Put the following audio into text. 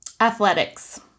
Athletics